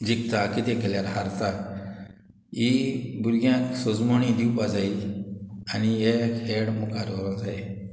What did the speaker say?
जिंकता कितें केल्यार हारता ही भुरग्यांक सोजमणी दिवपा जायी आनी हे हेड मुखार व्होरोंक जाये